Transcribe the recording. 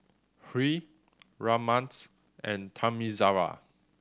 Hri Ramnath and Thamizhavel